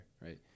right